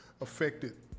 affected